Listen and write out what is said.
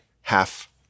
half